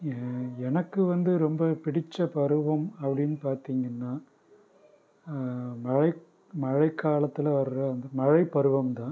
எ எனக்கு வந்து ரொம்ப பிடித்த பருவம் அப்படினு பார்த்திங்கன்னா மழை மழைக்காலத்தில் வர மழை பருவம் தான்